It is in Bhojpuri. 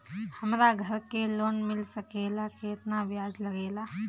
हमरा घर के लोन मिल सकेला केतना ब्याज लागेला?